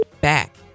back